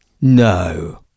No